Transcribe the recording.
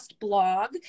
blog